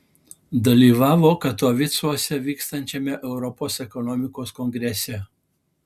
dalyvavo katovicuose vykstančiame europos ekonomikos kongrese